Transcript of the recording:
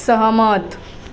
सहमत